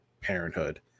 parenthood